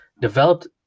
developed